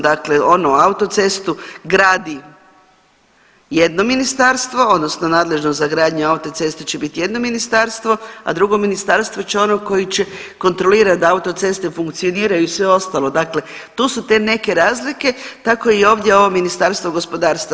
Dakle, ono autocestu gradi jedno ministarstvo odnosno nadležno za gradnju autocesta će biti jedno ministarstvo, a drugo ministarstvo će ono koji će kontrolirat da autoceste funkcioniraju i sve ostalo, dakle tu su te neke razlike tako je i ovdje ovo Ministarstvo gospodarstva.